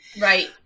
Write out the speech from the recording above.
right